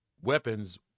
weapons